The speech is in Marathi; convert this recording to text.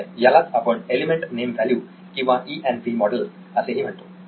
ठीक आहे यालाच आपण एलिमेंट नेम व्हॅल्यू किंवा इ एन व्ही मॉडेल असेही म्हणतो